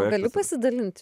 gali pasidalinti